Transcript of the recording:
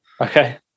okay